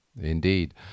Indeed